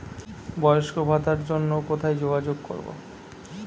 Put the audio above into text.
বয়স্ক ভাতার জন্য কোথায় যোগাযোগ করব?